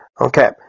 Okay